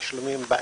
תשלומים באינטרנט,